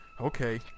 Okay